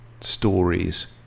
stories